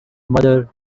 mother